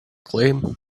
claim